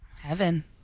Heaven